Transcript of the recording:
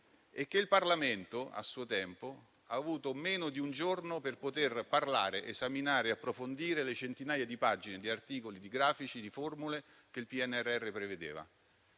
e che il Parlamento, a suo tempo, ha avuto meno di un giorno per poter parlare, esaminare e approfondire le centinaia di pagine di articoli, grafici e formule che il PNRR prevedeva.